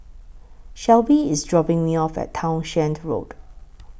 Shelby IS dropping Me off At Townshend Road